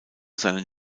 seinen